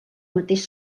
mateix